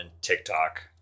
tiktok